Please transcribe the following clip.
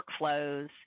workflows